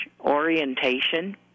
orientation